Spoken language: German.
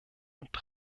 und